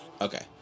Okay